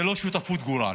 זאת לא שותפות גורל.